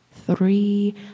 Three